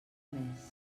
més